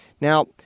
Now